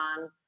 on